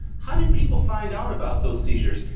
how did people find out about those seizures?